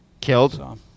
killed